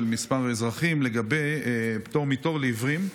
כמה אזרחים לגבי פטור מתור לעיוורים.